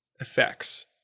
effects